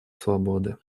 свободы